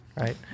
right